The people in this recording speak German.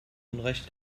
unrecht